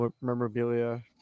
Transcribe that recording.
memorabilia